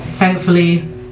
Thankfully